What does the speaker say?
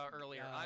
earlier